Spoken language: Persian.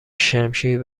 شمشیر